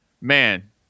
man